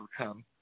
overcome